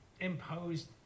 imposed